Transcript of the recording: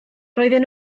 roedden